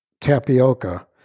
tapioca